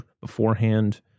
beforehand